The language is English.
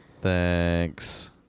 Thanks